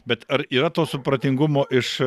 bet ar yra to supratingumo iš